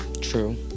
True